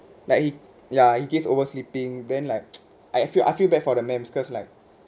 like he ya he keeps oversleeping then like I feel I feel bad for the ma'ams because like